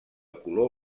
color